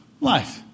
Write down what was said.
life